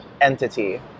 entity